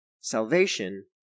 Salvation